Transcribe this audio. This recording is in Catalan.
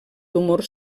tumor